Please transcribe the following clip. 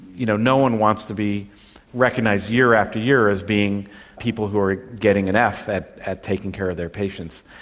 you know no one wants to be recognised year after year as being people who are getting an f at at taking care of their patients.